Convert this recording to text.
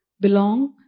belong